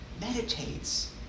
meditates